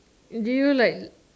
do you like